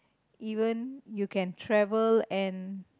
even you can travel and